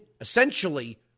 essentially